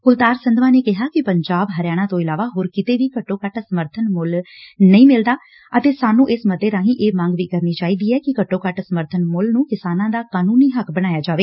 ਕੁਲਤਾਰ ਸੰਧਵਾ ਨੇ ਕਿਹਾ ਕਿ ਪੰਜਾਬ ਹਰਿਆਣਾ ਤੋ ਇਲਾਵਾ ਹੋਰ ਕਿਰੇ ਵੀ ਘੱਟੋ ਘੱਟ ਸਮਰਥਨ ਮੁੱਲ ਨਹੀ ਮਿਲਦਾ ਅਤੇ ਸਾਨੂੰ ਇਸ ਮੱਤੇ ਰਾਹੀਂ ਇਹ ਮੰਗ ਵੀ ਕਰਨੀ ਚਾਹੀਦੀ ਐ ਕਿ ਘੱਟੋ ਘੱਟ ਸਮਰਬਨ ਮੁੱਲ ਨੂੰ ਕਿਸਾਨਾਂ ਦਾ ਕਾਨੂੰਨੀ ਹੱਕ ਬਣਾਇਆੋ ਜਾਵੇ